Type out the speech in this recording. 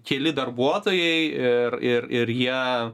keli darbuotojai ir ir ir jie